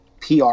PR